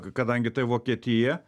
kadangi tai vokietija